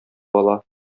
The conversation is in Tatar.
бала